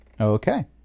Okay